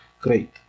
great